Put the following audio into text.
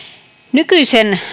nykyisen